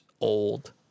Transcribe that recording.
old